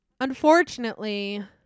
Unfortunately